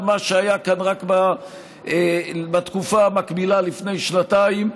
מה שהיה כאן רק בתקופה המקבילה לפני שנתיים,